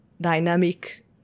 dynamic